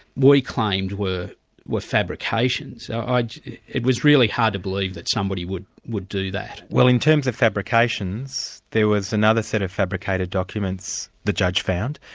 we claimed were were fabrications. ah it was really hard to believe that somebody would would do that. well in terms of fabrications, there was another set of fabricated documents, the judge found,